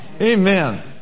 Amen